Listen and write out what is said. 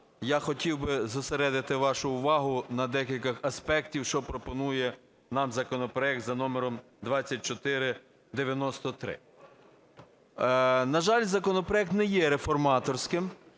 Я хотів би зосередити вашу увагу на декількох аспектах, що пропонує нам законопроект за номером 2493. На жаль, законопроект не є реформаторським.